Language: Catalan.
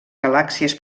galàxies